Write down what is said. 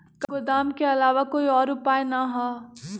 का गोदाम के आलावा कोई और उपाय न ह?